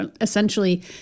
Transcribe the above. essentially